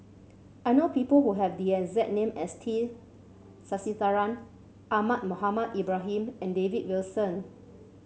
I know people who have the exact name as T Sasitharan Ahmad Mohamed Ibrahim and David Wilson